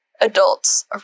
adults